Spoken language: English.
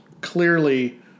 Clearly